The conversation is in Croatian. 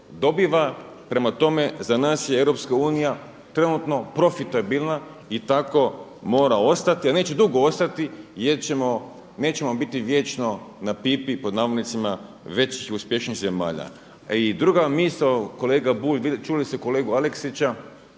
dobiva. Prema tome, za nas je Europska unija trenutno profitabilna i tako mora ostati, a neće dugo ostati jer nećemo biti vječno „na pipi“ većih uspješnijih zemalja. I druga misao kolega Bulj čuli ste kolegu Aleksića,